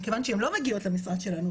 מכיוון שהן לא מגיעות למשרד שלנו,